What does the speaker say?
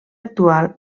actual